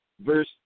verse